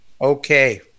Okay